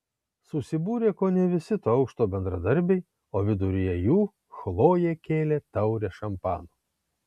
susibūrė kone visi to aukšto bendradarbiai o viduryje jų chlojė kėlė taurę šampano